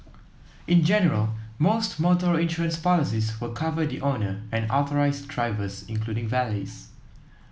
in general most motor insurance policies will cover the owner and authorised drivers including valets